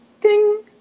Ding